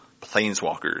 planeswalkers